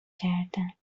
کردن